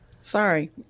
Sorry